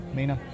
Mina